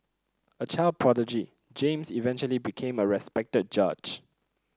a child prodigy James eventually became a respected judge